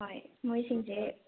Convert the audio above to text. ꯍꯣꯏ ꯃꯣꯏꯁꯤꯡꯁꯦ